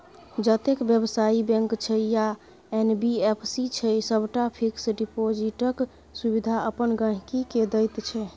जतेक बेबसायी बैंक छै या एन.बी.एफ.सी छै सबटा फिक्स डिपोजिटक सुविधा अपन गांहिकी केँ दैत छै